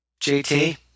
jt